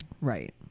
Right